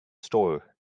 store